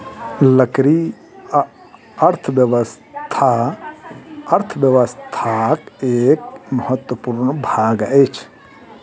लकड़ी अर्थव्यवस्था अर्थव्यवस्थाक एक महत्वपूर्ण भाग अछि